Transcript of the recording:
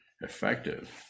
effective